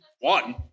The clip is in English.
One